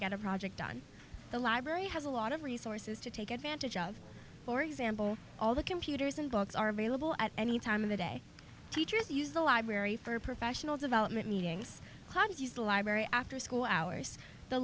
get a project on the library has a lot of resources to take advantage of for example all the computers and books are available at any time of the day teachers use the library for professional development meetings hobbies use the library after school hours the